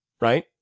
right